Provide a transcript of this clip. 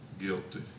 guilty